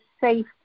safe